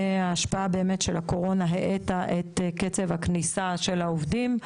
השפעת הקורונה האטה את קצת הכניסה של העובדים,